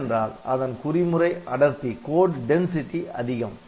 ஏனென்றால் அதன் குறிமுறை அடர்த்தி அதிகம்